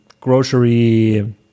grocery